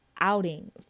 outings